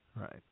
Right